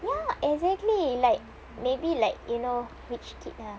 ya exactly like maybe like you know rich kid lah